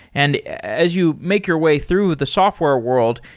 and as you make your way through the software world,